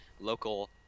Local